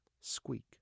Squeak